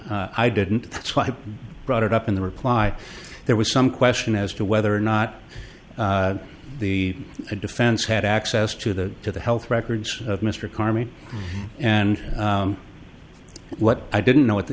i didn't brought it up in the reply there was some question as to whether or not the defense had access to the to the health records of mr carmi and what i didn't know at the